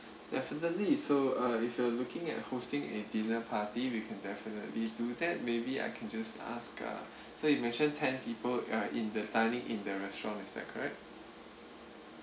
definitely so uh if you are looking at hosting a dinner party we can definitely do that maybe I can just ask uh so you mentioned ten people uh in the dining in the restaurant is that correct